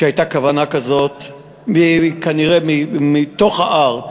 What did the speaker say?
והייתה כוונה כזאת, כנראה מתוך ההר,